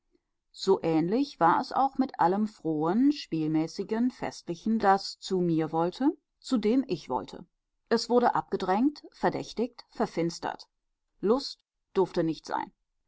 so ähnlich war es auch mit allem frohen spielmäßigen festlichen das zu mir wollte zu dem ich wollte es wurde abgedrängt verdächtigt verfinstert lust durfte nicht sein